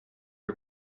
her